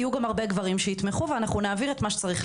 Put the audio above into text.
יהיו גם הרבה גברים שיתמכו ואנחנו נעביר את מה שצריך להעביר.